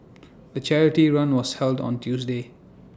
the charity run was held on Tuesday